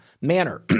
manner